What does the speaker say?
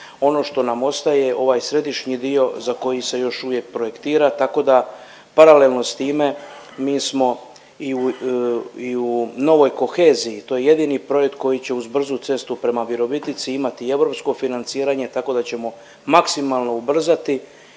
Ono što nam ostaje ovaj središnji dio za koji se još uvijek projektira, tako da paralelno s time mi smo i u novoj koheziji, to je jedini projekt koji će uz brzu cestu prema Virovitici imati i europsko financiranje tako da ćemo maksimalno ubrzati